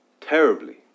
terribly